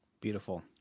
Beautiful